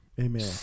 Amen